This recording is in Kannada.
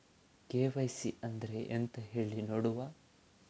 ಕೆ.ವೈ.ಸಿ ಅಂದ್ರೆ ಎಂತ ಹೇಳಿ ನೋಡುವ?